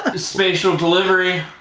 spatial delivery